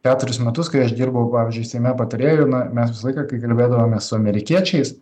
keturis metus kai aš dirbau pavyzdžiui seime patarėju na mes visą laiką kai kalbėdavomės su amerikiečiais